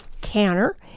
canner